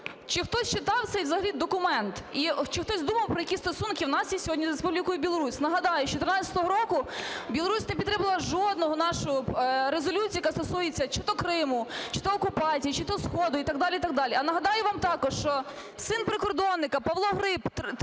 Чи хтось читав цей взагалі документ? Чи хтось думав, які стосунки у нас є сьогодні з Республікою Білорусь? Нагадаю, з 2014 року Білорусь не підтримала жодну нашу резолюцію, яка стосується чи то Криму, чи то окупації, чи то сходу і так далі, і так далі. А нагадаю вам також, що син прикордонника Павло Гриб